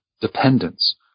dependence